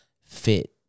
fit